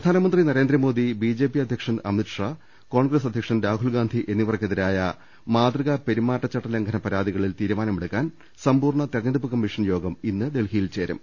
പ്രധാനമന്ത്രി നരേന്ദ്രമോദി ബിജെപി അധ്യക്ഷൻ അമിത് ഷാ കോൺഗ്രസ് അധൃക്ഷൻ രാഹുൽ ഗാന്ധി എന്നിവർക്കെ തിരായ മാതൃകാ പെരുമാറ്റച്ചട്ട ലംഘന പരാതികളിൽ തീരു മാനമെടുക്കാൻ സമ്പൂർണ തെരഞ്ഞെടുപ്പ് കമ്മീഷൻ യോഗം ഇന്ന് ഡൽഹിയിൽ ചേരും